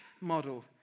model